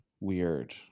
weird